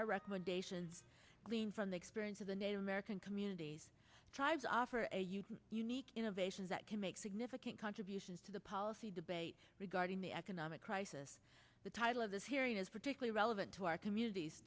our recommendation gleaned from the experience of the native american communities tribes offer a huge unique innovations that can make significant contributions to the policy debate regarding the economic crisis the title of this hearing is particularly relevant to our communities